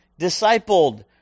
discipled